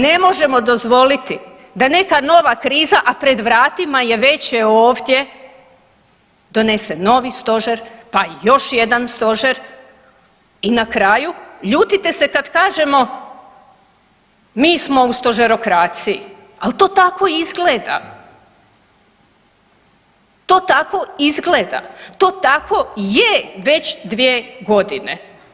Ne možemo dozvoliti da neka nova kriza, a pred vratima je i već je ovdje, donese novi stožer pa još jedan stožer i na kraju ljutite se kad kažemo, mi smo u stožerokraciji, ali to tako izgleda, to tako izgleda, to tako je već dvije godine.